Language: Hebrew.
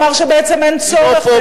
אמר שבעצם אין צורך בהסדר מדיני,